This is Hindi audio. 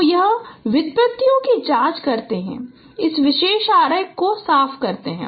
तो हम व्युत्पत्तियों की जांच करते हैं इस विशेष आरेख को साफ करते हैं